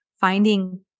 finding